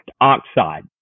oxide